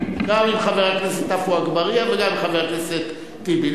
גם עם חבר הכנסת עפו אגבאריה וגם עם חבר הכנסת טיבי.